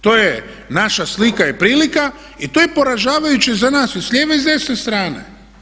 To je naša slika i prilika i to je poražavajuće za nas i s lijeve i s desne strane.